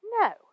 no